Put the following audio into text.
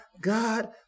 God